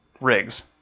rigs